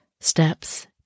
steps